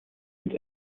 sind